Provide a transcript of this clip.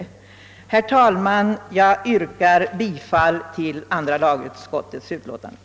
Herr talman! Jag yrkar bifall till utskottets hemställan.